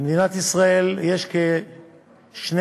במדינת ישראל יש כ-12,000